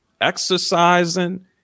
exercising